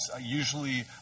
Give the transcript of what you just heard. usually